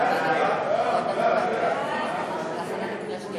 ההצעה להעביר את הצעת